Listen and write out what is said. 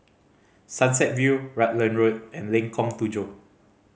Sunset View Rutland Road and Lengkong Tujuh